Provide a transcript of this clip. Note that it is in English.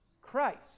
Christ